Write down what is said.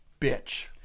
bitch